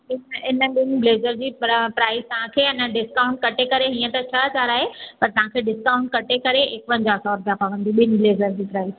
हिन ॿिनि ब्लेज़र जी प्र प्राइज़ तव्हांखे आहे न डिस्काउंट कटे करे हीअं त छह हज़ार आहे पर तव्हांखे डिस्काउंट कटे करे एकवंजाह सौ रुपिया पवंदी ॿिनि ब्लेज़र जी प्राइज़